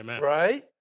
Right